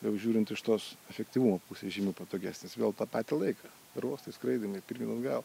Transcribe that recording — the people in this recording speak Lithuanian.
jau žiūrint iš tos efektyvumo pusės žymiai patogesnis vėl tą patį laiką aerouostai skaidymai pirmyn atgal